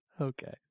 Okay